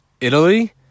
Italy